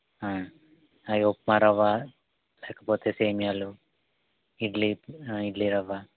అయి ఉప్మారవ్వ లేకపోతే సేమ్యాలు ఇడ్లీ ఇడ్లీ రవ్వ